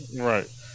Right